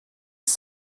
ist